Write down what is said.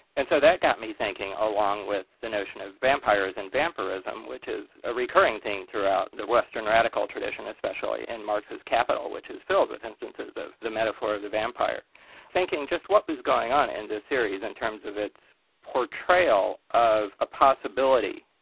and so that got me thinking along with the notion of vampires and vampirism, which is a recurring theme throughout the western radical tradition especially in marx's kapital, which is filled with instances of the metaphor of the vampire thinking just what was going on in this series in terms of its portrayal of a possibility,